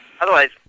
Otherwise